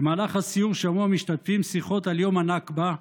במהלך הסיור שמעו המשתתפים שיחות על יום הנכבה,